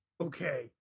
Okay